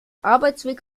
arbeitsweg